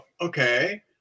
okay